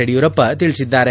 ಯಡಿಯೂರಪ್ಪ ತಿಳಿಸಿದ್ದಾರೆ